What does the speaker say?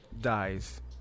dies